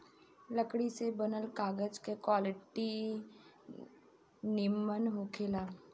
लकड़ी से बनल कागज के क्वालिटी निमन होखेला